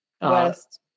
west